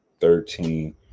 thirteen